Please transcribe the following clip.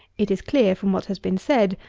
it is clear, from what has been said,